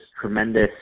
tremendous